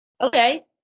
okay